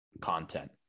content